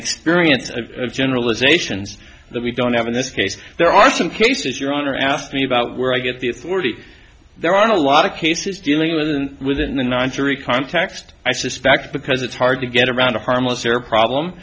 experience of generalizations that we don't have in this case there are some cases your honor asked me about where i get the authority there are a lot of cases dealing with within the non story context i suspect because it's hard to get around a harmless error problem